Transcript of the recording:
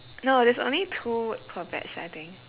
no there's only two per batch I think